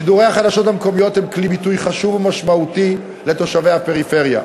שידורי החדשות המקומיות הם כלי ביטוי חשוב ומשמעותי לתושבי הפריפריה.